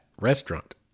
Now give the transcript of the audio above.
restaurant